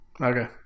okay